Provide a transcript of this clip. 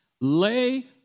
lay